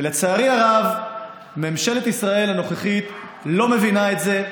לצערי הרב ממשלת ישראל הנוכחית לא מבינה את זה,